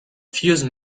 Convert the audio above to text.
fuse